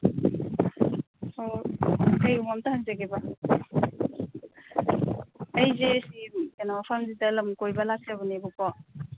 ꯑꯣ ꯀꯩꯒꯨꯝꯕ ꯑꯝꯇ ꯍꯪꯖꯒꯦꯕ ꯑꯩꯁꯦ ꯁꯤ ꯀꯩꯅꯣ ꯃꯐꯝꯁꯤꯗ ꯂꯝ ꯀꯣꯏꯕ ꯂꯥꯛꯆꯕꯅꯦꯕꯀꯣ